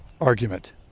argument